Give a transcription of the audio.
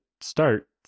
start